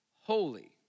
holy